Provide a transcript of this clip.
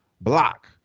block